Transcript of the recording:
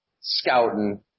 scouting